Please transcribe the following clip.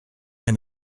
and